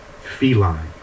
feline